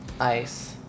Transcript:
Ice